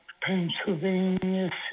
Pennsylvania